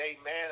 amen